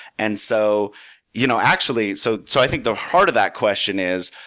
and so you know actually so so i think the heart of that question is,